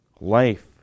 Life